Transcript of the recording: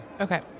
Okay